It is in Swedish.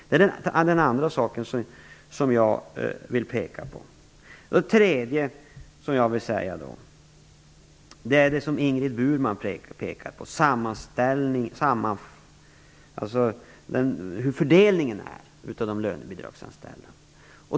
Den är den andra saken som jag vill peka på. Den tredje saken som jag vill ta upp är det som Ingrid Burman pekar på, nämligen hur fördelningen av de lönebidragsanställda är.